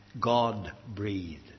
God-breathed